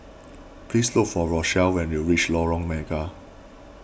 please look for Rochelle when you reach Lorong Mega